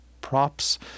props